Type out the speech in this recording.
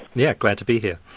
yeah, glad to be here.